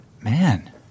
Man